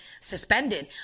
suspended